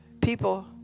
People